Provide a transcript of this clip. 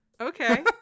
Okay